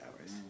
hours